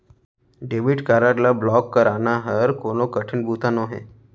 debit card ल block कराना हर कोनो कठिन बूता नोहे